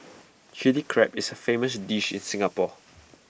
Chilli Crab is A famous dish in Singapore